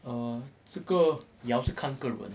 err 这个也要是看个人